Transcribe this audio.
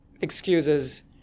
excuses